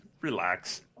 Relax